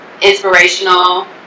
inspirational